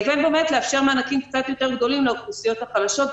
לבין לאפשר מענקים קצת יותר גדולים לאוכלוסיות החלשות.